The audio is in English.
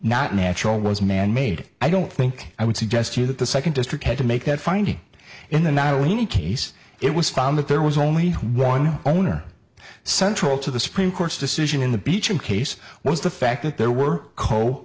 not natural was manmade i don't think i would suggest you that the second district had to make that finding in the not only case it was found that there was only one owner central to the supreme court's decision in the beach and case was the fact that there